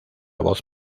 voz